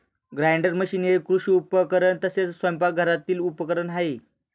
grinder machine हे कृषी उपकरण तसेच स्वयंपाकघरातील उपकरण आहे